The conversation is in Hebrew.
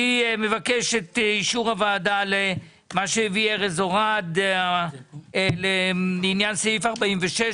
אני מבקש את אישור הוועדה למה שהביא ארז אורעד לעניין סעיף 46,